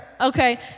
okay